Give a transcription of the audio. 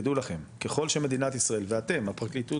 תדעו לכם ככל שמדינת ישראל ואתם הפרקליטות